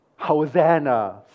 Hosanna